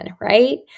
right